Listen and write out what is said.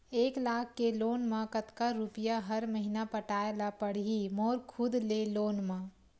एक लाख के लोन मा कतका रुपिया हर महीना पटाय ला पढ़ही मोर खुद ले लोन मा?